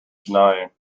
denying